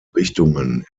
richtungen